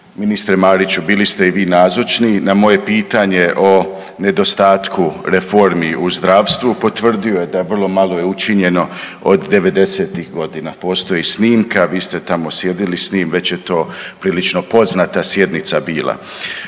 ministre Mariću, bili ste i vi nazočni, na moje pitanje o nedostatku reformi u zdravstvu, potvrdio je da je vrlo malo učinjeno od '90.-tih godina. Postoji snimka, vi ste tamo sjedili s njim, već je to prilično poznata sjednica bila.